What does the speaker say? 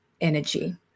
energy